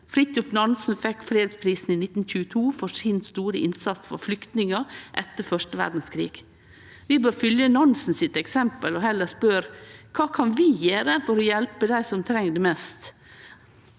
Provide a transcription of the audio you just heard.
Fridtjof Nansen fekk fredsprisen i 1922 for den store innsatsen sin for flyktningar etter første verdskrigen. Vi bør følgje Nansens eksempel og heller spørje oss kva vi kan gjere for å hjelpe dei som treng det mest,